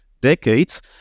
decades